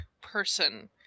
person